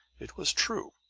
it was true.